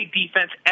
defense